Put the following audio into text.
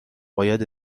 باید